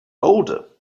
older